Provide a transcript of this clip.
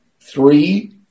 Three